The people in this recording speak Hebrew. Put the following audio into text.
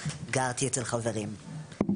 גרתי אצל חברים.